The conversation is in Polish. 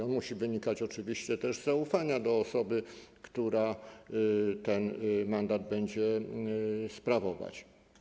On musi wynikać też oczywiście z zaufania do osoby, która ten mandat będzie sprawować.